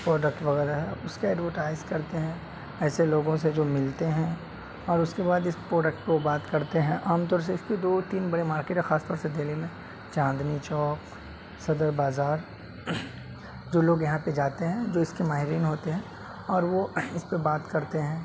product وغیرہ ہے اس کا ایڈوٹائز کرتے ہیں ایسے لوگوں سے جو ملتے ہیں اور اس کے بعد اس پروڈکٹ کو بات کرتے ہیں عام طور سے اس کی دو تین بڑے مارکیٹ ہے خاص طور سے دہلی میں چاندنی چوک صدر بازار جو لوگ یہاں پہ جاتے ہیں جو اس کے ماہرین ہوتے ہیں اور وہ اس پہ بات کرتے ہیں